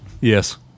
yes